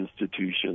institutions